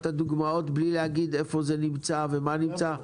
הדוגמאות בלי להגיד איפה זה נמצא ומה נמצא?